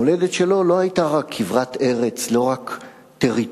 המולדת שלו לא היתה רק כברת ארץ, לא רק טריטוריה,